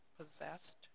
possessed